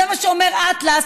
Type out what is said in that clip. זה מה שאומר אטלס,